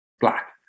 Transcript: black